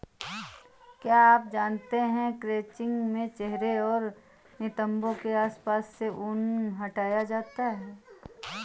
क्या आप जानते है क्रचिंग में चेहरे और नितंबो के आसपास से ऊन हटाया जाता है